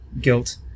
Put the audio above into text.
guilt